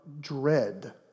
dread